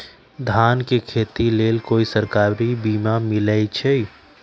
धान के खेती के लेल कोइ सरकारी बीमा मलैछई?